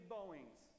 Boeings